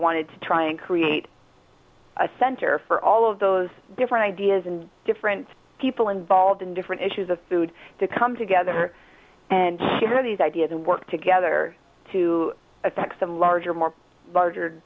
wanted to try and create a center for all of those different ideas and different people involved in different issues of food to come together and share these ideas and work together to affect some larger more larger